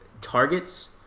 targets